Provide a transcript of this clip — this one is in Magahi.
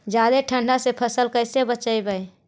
जादे ठंडा से फसल कैसे बचइबै?